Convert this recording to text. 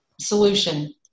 solution